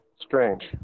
Strange